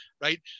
right